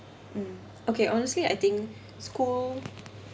mm okay honestly I think school